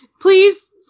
please